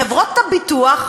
חברות הביטוח,